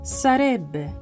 sarebbe